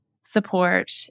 support